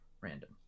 random